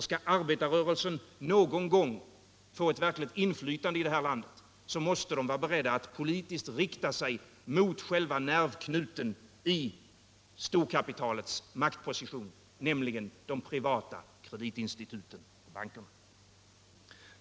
Om arbetarrörelsen någon gång skall få ett verkligt inflytande i det här landet, så måste den vara beredd att politiskt rikta sig mot själva nervknuten i storkapitalets maktposition, nämligen de privata kreditinstituten och bankerna.